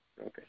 Okay